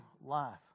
life